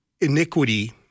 iniquity